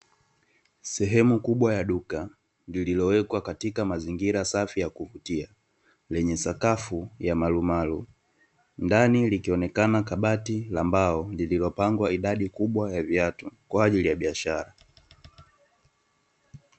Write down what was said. Sehemu kubwa ya duka, iliyowekwa katika mazingira safi ya kuvutia, lenye sakafu ya marumaru, ndani likionekana kabati la mbao lililopangwa idadi kubwa ya viatu kwa ajili ya bishara.